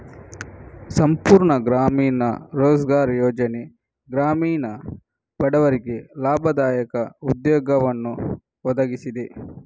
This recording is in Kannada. ಸಂಪೂರ್ಣ ಗ್ರಾಮೀಣ ರೋಜ್ಗಾರ್ ಯೋಜನೆ ಗ್ರಾಮೀಣ ಬಡವರಿಗೆ ಲಾಭದಾಯಕ ಉದ್ಯೋಗವನ್ನು ಒದಗಿಸಿದೆ